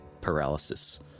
paralysis